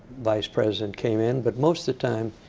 vice president came in. but most of the time,